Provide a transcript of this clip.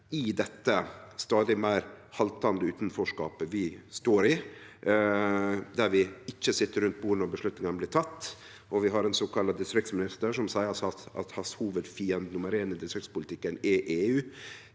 i dette stadig meir haltande utanforskapet vi står i, der vi ikkje sit rundt bordet når avgjerdene blir tekne. Vi har ein såkalla distriktsminister som seier at hans hovudfiende nummer éin i distriktspolitikken er EU.